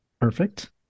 Perfect